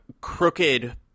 crooked